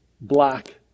Black